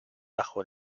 bajo